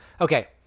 okay